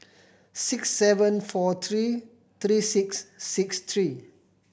six seven four three three six six three